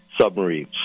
submarines